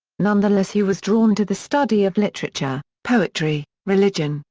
nonetheless he was drawn to the study of literature, poetry, religion,